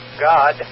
God